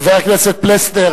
חבר הכנסת פלסנר,